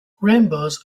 rainbows